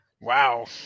Wow